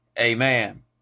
amen